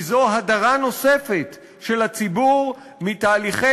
כי זו הדרה נוספת של הציבור מתהליכי